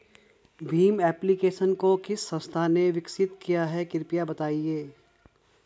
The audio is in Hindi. भीम एप्लिकेशन को किस संस्था ने विकसित किया है कृपया बताइए?